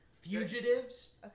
Fugitives